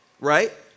right